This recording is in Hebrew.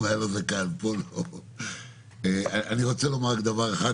אני רוצה לומר רק דבר אחד,